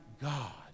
God